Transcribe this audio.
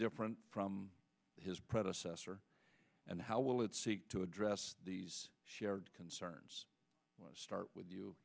different from his predecessor and how will it seek to address these shared concerns start with you